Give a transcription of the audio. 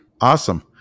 Awesome